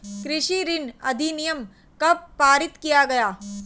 कृषि ऋण अधिनियम कब पारित किया गया?